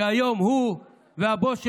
שהיום הוא והבוס שלו,